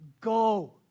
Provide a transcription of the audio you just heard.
Go